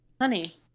Honey